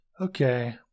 okay